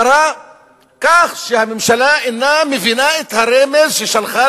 כך שהממשלה אינה מבינה את הרמז ששלחה